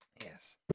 Yes